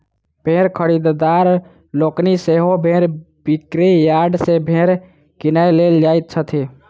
भेंड़ खरीददार लोकनि सेहो भेंड़ बिक्री यार्ड सॅ भेंड़ किनय लेल जाइत छथि